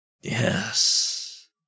Yes